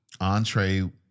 Entree